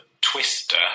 Twister